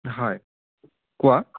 হয় কোৱা